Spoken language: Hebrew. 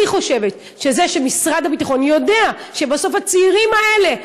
אני חושבת שזה שמשרד הביטחון יודע שבסוף הצעירים האלה,